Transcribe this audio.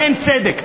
בהן צדק.